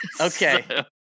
Okay